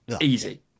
easy